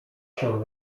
się